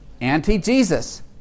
anti-Jesus